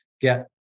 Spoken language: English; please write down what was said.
get